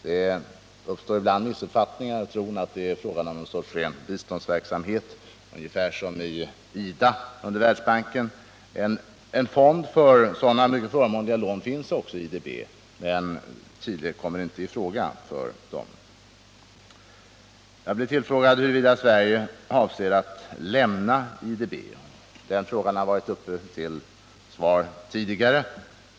Det uppstår ibland missuppfattningar; man tror att det är fråga om någon sorts ren biståndsverksamhet liknande den inom IDA, som ingår i Världsbanksgrup 141 pen. En fond för sådana mycket förmånliga lån finns visserligen också i IDB, men Chile kommer inte i fråga för dem. Jag blev tillfrågad om huruvida Sverige avser att lämna IDB. Svar på den frågan har lämnats tidigare.